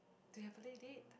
do you have a date